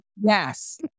Yes